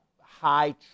high